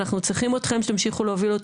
אנחנו צריכים אתכם שתמשיכו להוביל אותו